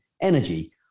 energy